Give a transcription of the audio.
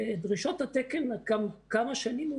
דרישות התקן כבר כמה שנים,